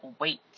wait